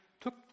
took